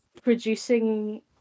producing